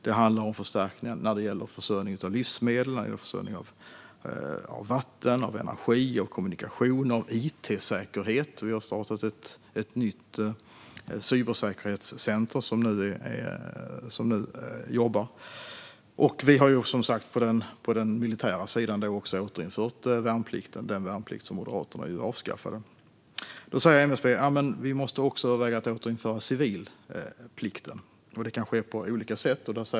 Det handlar om förstärkningar när det gäller försörjning av livsmedel, vatten, energi och kommunikation liksom när det gäller it-säkerhet. Vi har startat ett nytt cybersäkerhetscenter som nu är aktivt. Och på den militära sidan har vi ju återinfört värnplikten, den värnplikt som Moderaterna avskaffade. MSB säger att vi också måste överväga att återinföra civilplikten. Det kan ske på olika sätt.